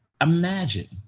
Imagine